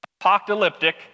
apocalyptic